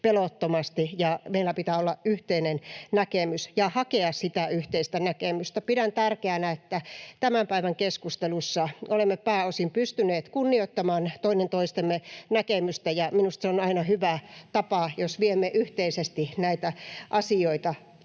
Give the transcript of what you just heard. pelottomasti, ja meillä pitää olla yhteinen näkemys ja pitää hakea sitä yhteistä näkemystä. Pidän tärkeänä, että tämän päivän keskustelussa olemme pääosin pystyneet kunnioittamaan toinen toistemme näkemystä, ja minusta se on aina hyvä tapa, jos viemme yhteisesti näitä asioita